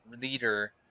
leader